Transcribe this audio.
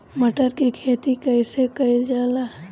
मटर के खेती कइसे कइल जाला?